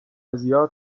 زیاد